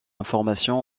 information